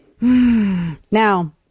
Now